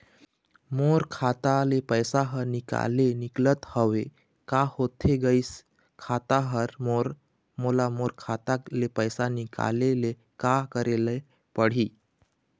मोर खाता ले पैसा हर निकाले निकलत हवे, का होथे गइस खाता हर मोर, मोला मोर खाता ले पैसा निकाले ले का करे ले पड़ही?